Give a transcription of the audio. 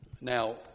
Now